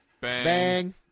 Bang